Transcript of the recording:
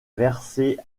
verser